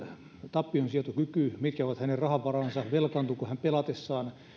tappionsietokyky mitkä ovat hänen rahavaransa velkaantuuko hän pelatessaan